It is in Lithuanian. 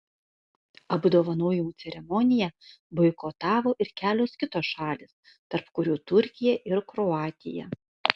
apdovanojimų ceremoniją boikotavo ir kelios kitos šalys tarp kurių turkija ir kroatija